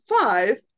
five